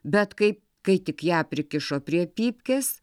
bet kai kai tik ją prikišo prie pypkės